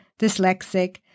dyslexic